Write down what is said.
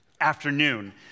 Afternoon